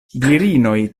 virinoj